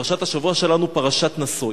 פרשת השבוע שלנו, פרשת נשא.